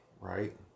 right